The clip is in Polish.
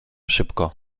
szybko